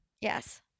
Yes